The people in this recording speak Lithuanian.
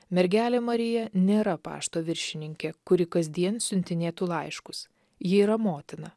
mergelė marija nėra pašto viršininkė kuri kasdien siuntinėtų laiškus ji yra motina